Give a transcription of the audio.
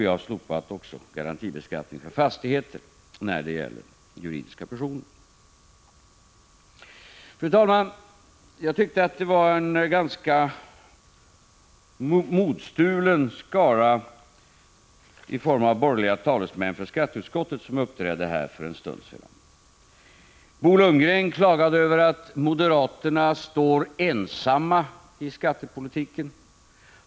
Vi har också slopat garantibeskattningen för fastigheter när det gäller juridiska personer. Fru talman! Jag tyckte det var en ganska modstulen skara som uppträdde här för en stund sedan — jag tänker då på de borgerliga partiernas representanter i skatteutskottet. Bo Lundgren klagade över att moderaterna står ensamma i skattepolitiken.